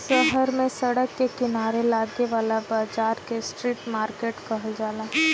शहर में सड़क के किनारे लागे वाला बाजार के स्ट्रीट मार्किट कहल जाला